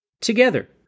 together